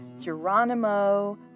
Geronimo